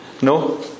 No